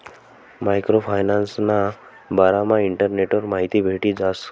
micro फायनान्सना बारामा इंटरनेटवर माहिती भेटी जास